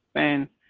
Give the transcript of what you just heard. and